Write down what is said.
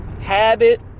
Habit